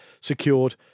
secured